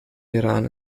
iran